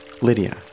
Lydia